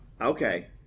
Okay